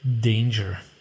danger